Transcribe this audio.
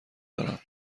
دارم